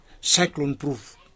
cyclone-proof